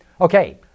Okay